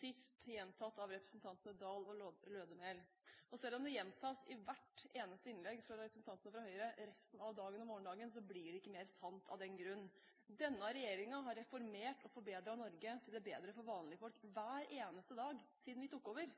sist gjentatt av representantene Dahl og Lødemel. Selv om det gjentas i hvert eneste innlegg fra representanter fra Høyre resten av dagen og morgendagen, blir det ikke mer sant av den grunn. Denne regjeringen har reformert og forbedret Norge til det bedre for vanlige folk hver eneste dag siden vi tok over.